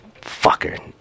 Fucker